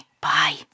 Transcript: bye